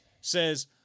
says